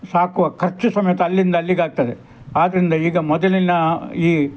ಸಾಕುವ ಖರ್ಚು ಸಮೇತ ಅಲ್ಲಿಂದ ಅಲ್ಲಿಗಾಗ್ತದೆ ಆದ್ದರಿಂದ ಈಗ ಮೊದಲಿನ ಈ